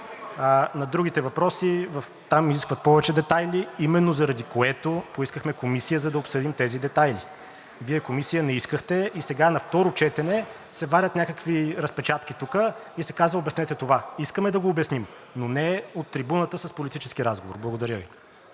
На другите въпроси. Там се изискват повече детайли именно заради което поискахме комисия, за да обсъдим тези детайли. Вие комисия не искахте и сега на второ четене се вадят някакви разпечатки и се казва: обяснете това. Искаме да го обясним, но не от трибуната с политически разговор. Благодаря Ви.